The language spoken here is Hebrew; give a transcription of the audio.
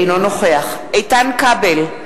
אינו נוכח איתן כבל,